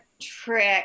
trick